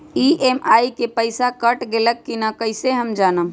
EMI के पईसा cut गेलक कि ना कइसे हम जानब?